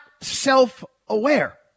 self-aware